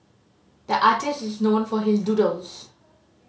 the artist is known for his doodles